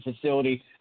facility